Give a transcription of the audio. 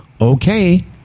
okay